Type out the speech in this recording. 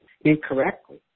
incorrectly